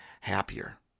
happier